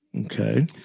Okay